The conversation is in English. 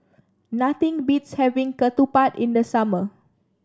nothing beats having Ketupat in the summer